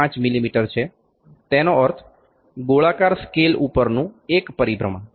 5 મીમી છે તેનો અર્થ ગોળાકાર સ્કેલ ઉપરનું એક પરિભ્રમણ